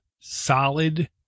solid